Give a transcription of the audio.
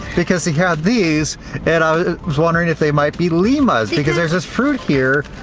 because he had these and i was wondering if they might be limas because there's this fruit here.